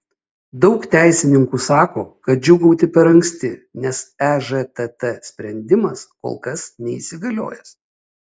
daug teisininkų sako kad džiūgauti per anksti nes ežtt sprendimas kol kas neįsigaliojęs